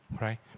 right